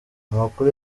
amakuru